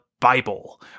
Bible